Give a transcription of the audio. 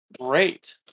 great